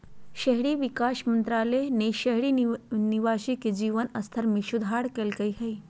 शहरी विकास मंत्रालय ने शहरी निवासी के जीवन स्तर में सुधार लैल्कय हइ